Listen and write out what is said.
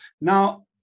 Now